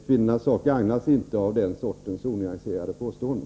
Kvinnornas sak gagnas inte av den sortens onyanserade påståenden.